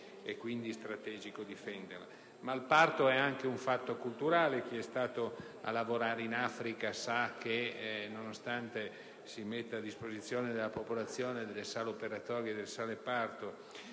il parto è anche un fatto culturale. Chi ha lavorato in Africa sa che, nonostante si mettano a disposizione della popolazione delle sale operatorie e delle sale parto